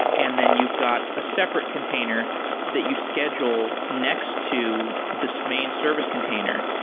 and then you've got a separate container that you schedule next to this main service container,